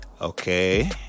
Okay